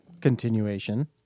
continuation